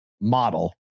model